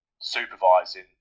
supervising